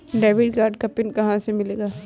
Debit card का pin कहां से मिलेगा?